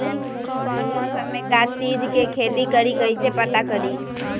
कौन मौसम में का चीज़ के खेती करी कईसे पता करी?